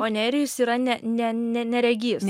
o nerijus yra ne ne ne neregys